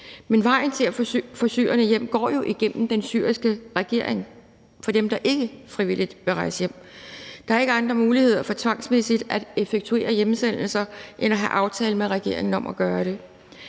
men vejen til at få syrerne hjem går jo igennem den syriske regering for dem, der ikke frivilligt vil rejse hjem. Der er ikke andre muligheder for tvangsmæssigt at effektuere hjemsendelser end at have aftale med regeringen om at gøre det.